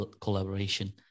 collaboration